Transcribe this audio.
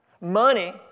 Money